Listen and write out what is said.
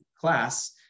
class